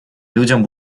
людям